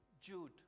Jude